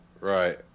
right